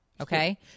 okay